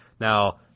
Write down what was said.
Now